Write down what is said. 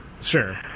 Sure